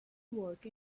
work